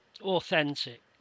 authentic